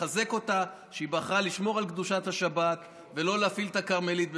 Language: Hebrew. תחזק אותה שהיא בחרה לשמור על קדושת השבת ולא להפעיל את הכרמלית בשבת.